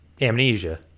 Amnesia